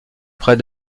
près